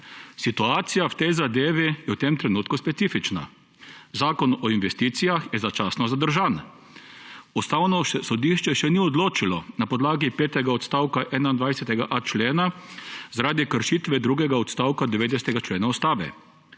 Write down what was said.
»situacija v tej zadevi je v tem trenutku specifična. Zakon o investicijah je začasno zadržan. Ustavno sodišče še ni odločilo na podlagi petega odstavka 21.a člena zaradi kršitve drugega odstavka 90. člena Ustave.